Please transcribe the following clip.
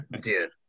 Dude